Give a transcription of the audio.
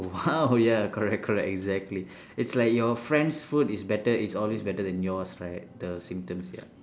!wow! ya correct correct exactly it's like your friend's food is better is always better than yours right the symptoms ya